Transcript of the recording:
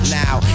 now